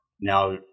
now